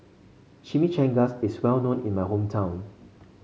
Chimichangas is well known in my hometown